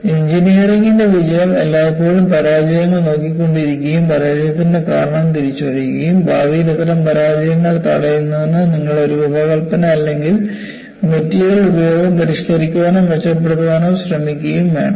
എഞ്ചിനീയറിംഗിന്റെ വിജയം എല്ലായ്പ്പോഴും പരാജയങ്ങൾ നോക്കിക്കൊണ്ടിരിക്കുകയും പരാജയത്തിന്റെ കാരണം തിരിച്ചറിയുകയും ഭാവിയിൽ അത്തരം പരാജയങ്ങൾ തടയുന്നതിന് നിങ്ങളുടെ രൂപകൽപ്പന അല്ലെങ്കിൽ മെറ്റീരിയൽ ഉപയോഗം പരിഷ്കരിക്കാനോ മെച്ചപ്പെടുത്താനോ ശ്രമിക്കുകയും വേണം